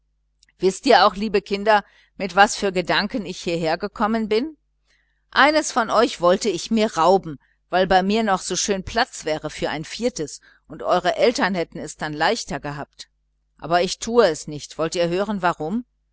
wißt ihr auch kinder mit was für gedanken ich hieher gekommen bin eines von euch wollte ich mir rauben weil bei mir noch so schön platz wäre für ein viertes und eure eltern hätten es dann leichter gehabt aber ich tue es nicht wollt ihr hören warum